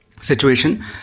situation